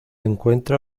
encuentra